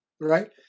right